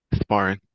Sparring